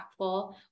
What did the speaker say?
impactful